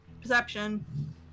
perception